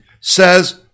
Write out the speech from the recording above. says